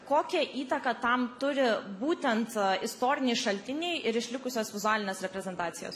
kokią įtaką tam turi būtent istoriniai šaltiniai ir išlikusios vizualinės reprezentacijos